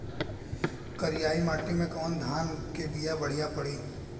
करियाई माटी मे कवन धान के बिया बढ़ियां पड़ी?